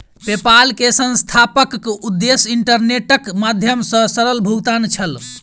PayPal के संस्थापकक उद्देश्य इंटरनेटक माध्यम सॅ सरल भुगतान छल